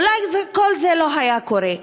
אולי כל זה לא היה קורה.